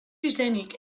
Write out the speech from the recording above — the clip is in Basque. izenik